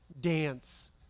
dance